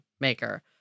maker